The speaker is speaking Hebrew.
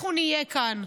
אנחנו נהיה כאן.